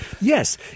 Yes